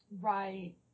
Right